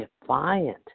defiant